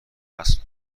است